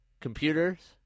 computers